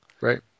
right